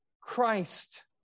Christ